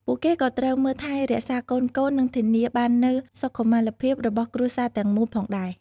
ពួកគេក៏ត្រូវមើលថែរក្សាកូនៗ និងធានាបាននូវសុខុមាលភាពរបស់គ្រួសារទាំងមូលផងដែរ។